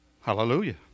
Hallelujah